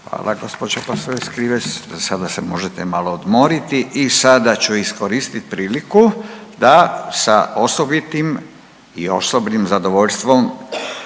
Hvala gospođo Posavec Krivec za sada se možete malo odmoriti. I sada ću iskoristit priliku da sa osobitim i osobnim zadovoljstvom